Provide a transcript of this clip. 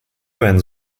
ends